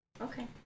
Okay